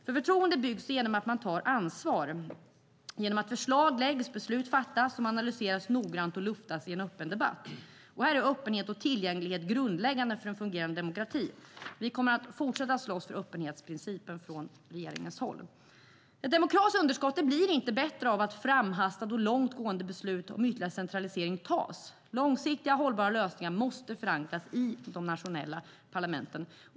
Förtroende byggs genom att man tar ansvar, genom att förslag läggs fram och beslut fattas samt genom att dessa analyseras och luftas i en öppen debatt. Här är öppenhet och tillgänglighet grundläggande för en fungerande demokrati. Regeringen kommer att fortsätta att slåss för öppenhetsprincipen. Ett demokratiskt underskott blir inte bättre av att framhastade och långt gående beslut om ytterligare centralisering fattas. Långsiktiga och hållbara lösningar måste förankras i de nationella parlamenten.